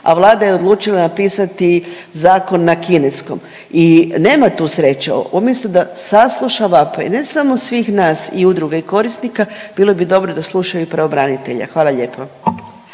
a Vlada je odlučila napisati zakon na kineskom. I nema tu sreće umjesto da sasluša vapaj ne samo svih nas i udruga i korisnika, bilo bi dobro da slučaju i pravobranitelja. Hvala lijepo.